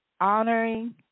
honoring